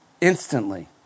Instantly